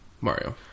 Mario